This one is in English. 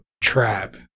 trap